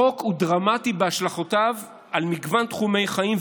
החוק הוא דרמטי בהשלכותיו על מגוון תחומי חיים,